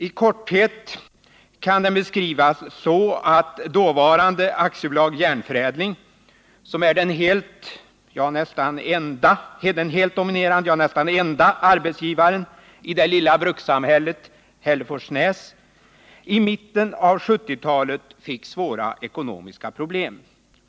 I korthet kan den beskrivas så att dåvarande AB Järnförädling, som är den helt dominerande — ja, nästan enda — arbetsgivaren i det lilla brukssamhället Hälleforsnäs, i mitten av 1970-talet fick svåra ekonomiska problem.